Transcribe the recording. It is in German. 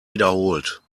wiederholt